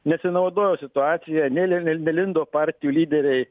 nesinaudoja situacija nelė nelindo partijų lyderiai